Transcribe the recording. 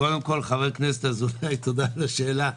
קודם כל, חבר הכנסת אזולאי, תודה על השאלה.